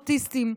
אוטיסטים,